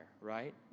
right